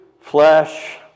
flesh